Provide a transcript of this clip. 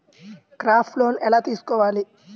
Crop loan ఎలా తీసుకోవాలి?